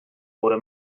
bore